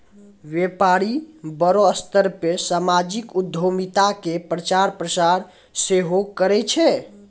व्यपारी बड़ो स्तर पे समाजिक उद्यमिता के प्रचार प्रसार सेहो करै छै